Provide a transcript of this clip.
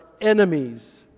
enemies